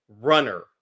runner